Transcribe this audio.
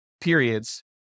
periods